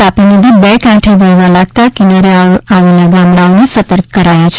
તાપી નદી બે કાંઠે વહેવા લાગતા કિનારે આવેલા ગામડાઓને સતર્ક કરાયા છે